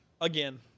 Again